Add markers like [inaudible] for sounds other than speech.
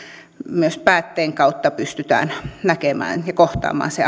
myös päätteen kautta pystytään näkemään ja kohtaamaan se [unintelligible]